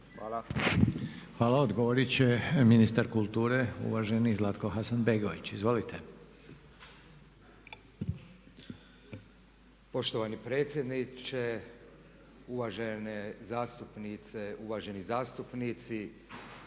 (HDZ)** Hvala. Odgovorit će ministar kulture, uvaženi Zlatko Hasanbegović. Izvolite. **Hasanbegović, Zlatko (HDZ)** Poštovani predsjedniče, uvažene zastupnice, uvaženi zastupnici